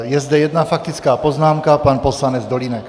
Je zde jedna faktická poznámka, pan poslanec Dolínek.